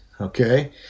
okay